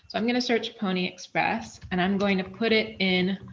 i'm going to search pony express and i'm going to put it in.